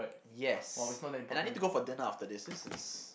yes and I need to go for dinner after this this is